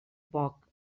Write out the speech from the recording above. poc